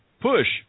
push